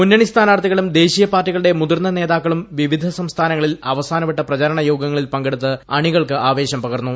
മുന്നണി സ്ഥാനാർത്ഥികളും ദേശീയ പാർട്ടികളുടെ മുതിർന്ന നേതാക്കളും വിവിധ സംസ്ഥാനങ്ങളിൽ അവ്സ്മാന്റവട്ട പ്രചാരണ യോഗങ്ങളിൽ പങ്കെടുത്ത് അണികൾക്ക് ആവേശം പകർന്നു